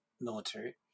military